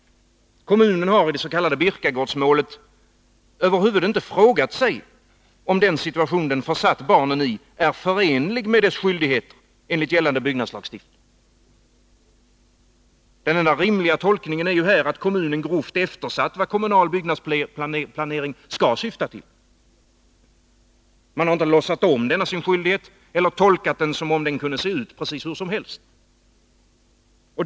Kommunen har i det s.k. Birkagårdsmålet över huvud inte frågat sig om den situation som den försatt barnen i är förenlig med dess skyldigheter enligt gällande byggnadslagstiftning. Den enda rimliga tolkningen i detta avseende är att kommunen grovt eftersatt syftet med den kommunala byggnadsplaneringen. Man har inte låtsats om denna sin skyldighet, eller också har man tolkat den som om den kunde se ut precis hur som helst.